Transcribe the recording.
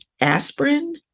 aspirin